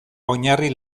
oinarri